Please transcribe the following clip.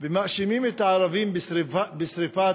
ומאשימים את הערבים בשרפה